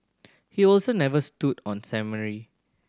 he also never stood on ceremony